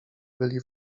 byli